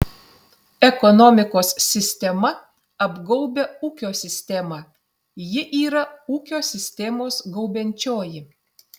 ekonomikos sistema apgaubia ūkio sistemą ji yra ūkio sistemos gaubiančioji